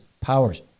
powers